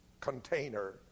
container